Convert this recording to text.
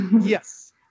Yes